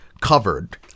covered